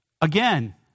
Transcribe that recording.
again